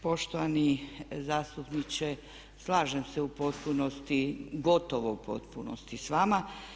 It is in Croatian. Poštovani zastupniče, slažem se u potpunosti, gotovo u potpunosti s vama.